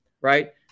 right